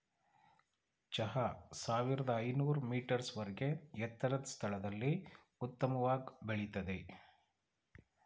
ಚಹಾ ಸಾವಿರ್ದ ಐನೂರ್ ಮೀಟರ್ಸ್ ವರ್ಗೆ ಎತ್ತರದ್ ಸ್ಥಳದಲ್ಲಿ ಉತ್ತಮವಾಗ್ ಬೆಳಿತದೆ